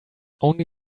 only